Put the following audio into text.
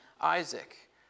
Isaac